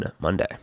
Monday